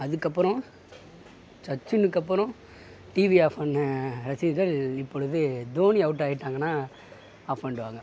அதுக்கப்புறம் சச்சினுக்கு அப்புறம் டிவி ஆஃப் ஃபண்ண ரசிகர்கள் இப்பொழுது தோனி அவுட் ஆயிட்டாங்கனா ஆஃப் பண்ணிடுவாங்க